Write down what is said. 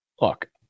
Look